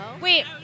Wait